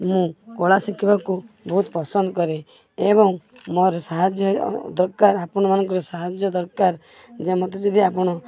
ମୁଁ କଳା ଶିଖିବାକୁ ବହୁତ ପସନ୍ଦ କରେ ଏବଂ ମୋର ସାହାଯ୍ୟ ଦରକାର ଆପଣମାନଙ୍କର ସାହାଯ୍ୟ ଦରକାର ଯେ ମୋତେ ଯଦି ଆପଣ